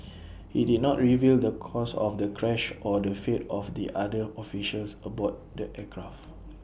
IT did not reveal the cause of the crash or the fate of the other officials aboard the aircraft